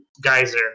geyser